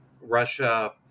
Russia